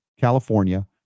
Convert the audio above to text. California